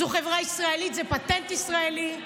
זו חברה ישראלית, זה פטנט ישראלי.